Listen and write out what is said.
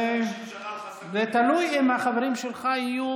אתם מחכים גם